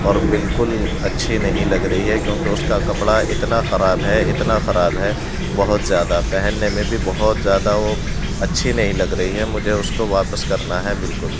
اور بالکل اچھی نہیں لگ رہی ہے کیونکہ اس کا کپڑا اتنا خراب ہے اتنا خراب ہے بہت زیادہ پہننے میں بھی بہت زیادہ وہ اچھی نہیں لگ رہی ہے مجھے اس کو واپس کرنا ہے بالکل